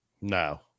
No